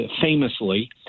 famously